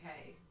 okay